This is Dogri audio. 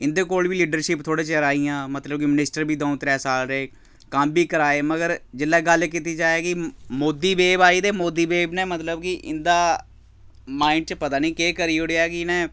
इं'दे कोल बी लीडरशिप थोह्ड़े चिर आई गेइयां मतलब कि मिनिस्टर बी द'ऊं त्रै साल रेह् कम्म बी कराए मगर जेल्लै गल्ल कीती जाए कि मोदी वेव आई ते मोदी वेव ने मतलब कि इं'दा माइंड च पता निं केह् करी ओड़ेआ कि इ'नें